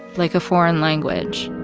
like a foreign language